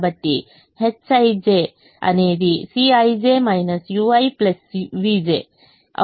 కాబట్టి hij అనేది Cij ui vj అవుతుంది